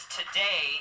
today